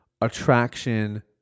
attraction